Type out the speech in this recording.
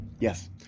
Yes